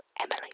Emily